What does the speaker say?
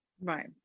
right